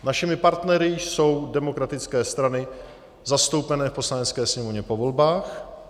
Našimi partnery jsou demokratické strany zastoupené v Poslanecké sněmovně po volbách.